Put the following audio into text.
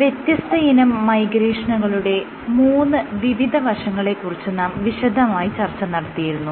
വ്യത്യസ്തയിനം മൈഗ്രേഷനുകളുടെ മൂന്ന് വിവിധ വശങ്ങളെ കുറിച്ച് നാം വിശദമായി ചർച്ച നടത്തിയിരുന്നു